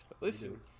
Listen